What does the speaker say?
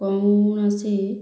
କୌଣସି